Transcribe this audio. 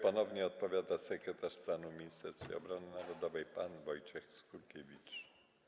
Ponownie odpowiada sekretarz stanu w Ministerstwie Obrony Narodowej pan Wojciech Skurkiewicz.